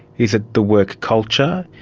is it the work culture,